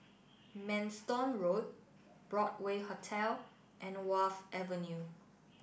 Manston Road Broadway Hotel and Wharf Avenue